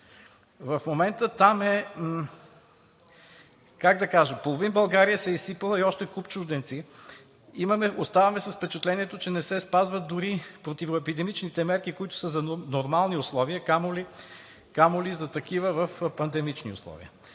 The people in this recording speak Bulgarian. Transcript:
е, как да кажа, половин България се е изсипала и още куп чужденци. Оставаме с впечатлението, че не се спазват дори противоепидемичните мерки, които са за нормални условия, камо ли за такива в пандемични условия.